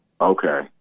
okay